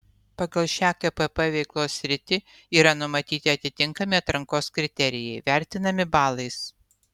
pagal šią kpp veiklos sritį yra numatyti atitinkami atrankos kriterijai vertinami balais